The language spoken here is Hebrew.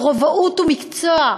רובאות היא מקצוע,